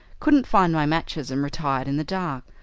couldn't find my matches, and retired in the dark.